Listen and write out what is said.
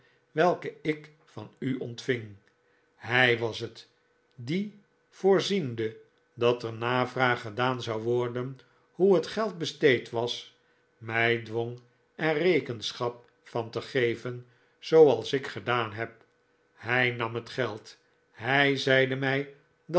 welke ik van u ontving hij was het die voorziende dat er navraag gedaan zou worden hoe het geld besteed was mij dwong er rekenschap van te geven zooals ik gedaan heb hij nam het geld hij zeide mij dat